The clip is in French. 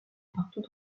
partout